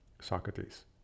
Socrates